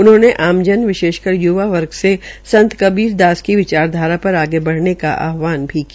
उन्होंने आमजन विशेषकर य्वा वर्ग से संत कबीरदास की विचारधारा पर आगे बढ़ने का भी आहवान किया